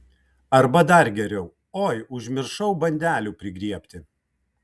arba dar geriau oi užmiršau bandelių prigriebti